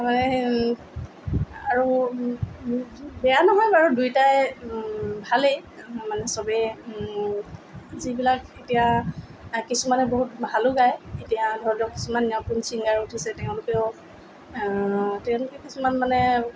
আৰু বেয়া নহয় বাৰু দুয়োটাই ভালেই মানে চবেই যিবিলাক এতিয়া আৰু কিছুমানে বহুত ভালো গায় এতিয়া ধৰি লওক কিছুমান নতুন চিংগাৰ উঠিছে তেওঁলোকেও তেওঁলোকে কিছুমান মানে